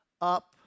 up